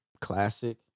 classic